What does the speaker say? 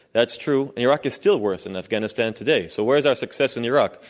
that's true. and iraq is still worse than afghanistan today. so where is our success in iraq?